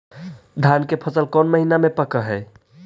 धान के फसल कौन महिना मे पक हैं?